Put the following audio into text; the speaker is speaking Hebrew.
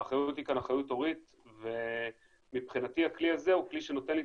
האחריות כאן היא אחריות הורית ומבחינתי הכלי הזה הוא כלי שנותן לי